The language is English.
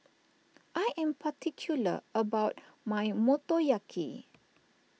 I am particular about my Motoyaki